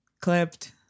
clipped